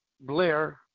Blair